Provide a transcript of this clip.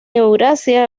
eurasia